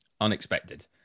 unexpected